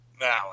Now